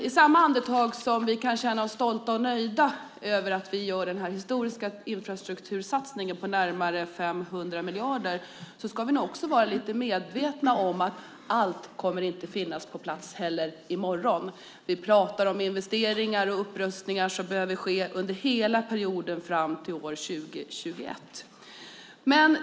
I samma andetag som vi kan känna oss stolta och nöjda över att vi gör den här historiska infrastruktursatsningen på närmare 500 miljarder ska vi nog också vara lite medvetna om att allt inte kommer att finnas på plats heller i morgon. Vi pratar om investeringar och upprustningar som behöver ske under hela perioden fram till år 2021.